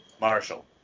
Marshall